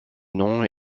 noms